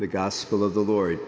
the gospel of the lord